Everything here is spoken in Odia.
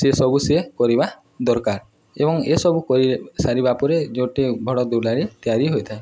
ସେସବୁ ସିଏ କରିବା ଦରକାର ଏବଂ ଏସବୁ କରି ସାରିବା ପରେ ଯୋଟେ ଭଡ଼ ଦୁଲାରେ ତିଆରି ହୋଇଥାଏ